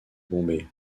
bombé